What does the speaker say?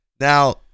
now